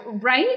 Right